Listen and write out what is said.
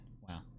Wow